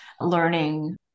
learning